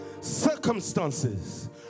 circumstances